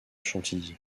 chantilly